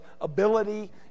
ability